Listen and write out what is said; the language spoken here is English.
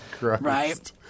right